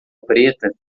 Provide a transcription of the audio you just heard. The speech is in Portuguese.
preta